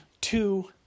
Two